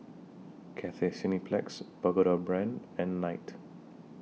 Cathay Cineplex Pagoda Brand and Knight